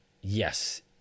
Yes